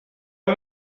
are